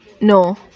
No